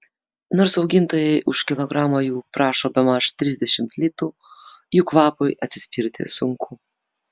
nors augintojai už kilogramą jų prašo bemaž trisdešimt litų jų kvapui atsispirti sunku